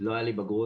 לא הייתה לי בגרות,